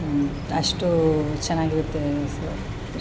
ಅಷ್ಟು ಚೆನ್ನಾಗಿರುತ್ತೆ ಸರ್ ಅಷ್ಟೇ